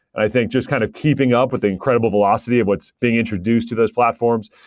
i think just kind of keeping up with the incredible velocity of what's being introduced to those platforms,